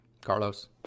Carlos